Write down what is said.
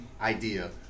idea